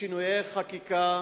לשינויי חקיקה.